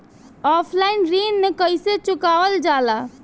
Offline ऋण कइसे चुकवाल जाला?